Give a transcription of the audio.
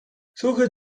suche